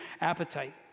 appetite